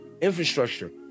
infrastructure